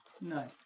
no